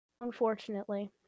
Unfortunately